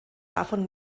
davon